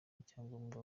icyangombwa